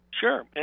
Sure